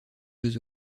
jeux